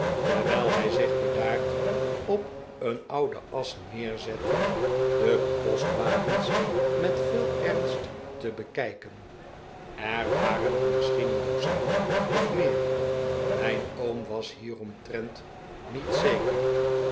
terwijl hij zich bedaard op een oude as neerzette de postwagens met veel ernst te bekijken er waren er misschien een dozijn of meer rnijn oom was hieromtrent niet zeker